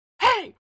Hey